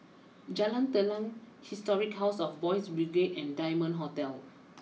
Jalan Telang Historic house of Boys Brigade and Diamond Hotel